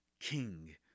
king